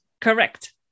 Correct